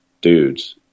dudes